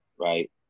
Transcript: right